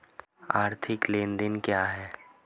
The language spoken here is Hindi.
आर्थिक लेनदेन क्या है?